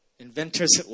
Inventors